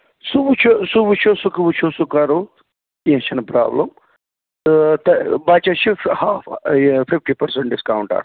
سُہ وُچھَوسُہ وُچھَو سُھ وُچھو سُہ کرو کیٚنٛہہ چھُنہٕ پرٛابلَم تہٕ بَچَس چھُ ہاف یہِ فِفٹی پٔرسَنٛٹ ڈِسکاوُنٛٹ آسان